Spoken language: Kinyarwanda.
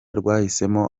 rwahisemo